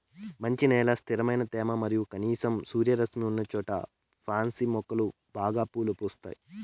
మంచి నేల, స్థిరమైన తేమ మరియు కనీసం సూర్యరశ్మి ఉన్నచోట పాన్సి మొక్కలు బాగా పూలు పూస్తాయి